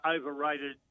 overrated